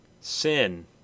Sin